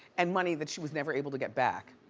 and money that she was never able to get back.